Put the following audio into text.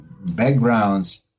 backgrounds